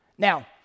Now